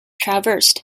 traversed